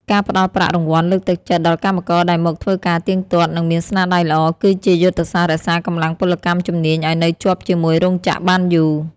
ការផ្ដល់ប្រាក់រង្វាន់លើកទឹកចិត្តដល់កម្មករដែលមកធ្វើការទៀងទាត់ និងមានស្នាដៃល្អ គឺជាយុទ្ធសាស្ត្ររក្សាកម្លាំងពលកម្មជំនាញឱ្យនៅជាប់ជាមួយរោងចក្របានយូរ។